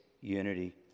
unity